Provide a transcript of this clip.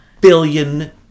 billion